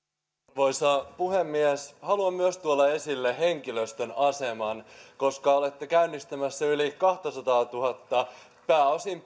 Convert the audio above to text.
arvoisa puhemies haluan tuoda esille myös henkilöstön aseman koska olette käynnistämässä yli kahtasataatuhatta pääosin